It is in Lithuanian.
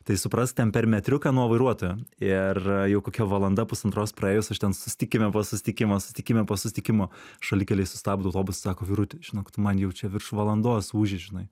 tai suprast ten per metriuką nuo vairuotojo ir jau kokia valanda pusantros praėjus aš ten sustikime po sustikimo sustikime po sustikimo šalikelėj sustabdo autobusą sako vyruti žinok tu man jau čia virš valandos ūži žinai